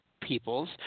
people's